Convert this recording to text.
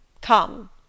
Come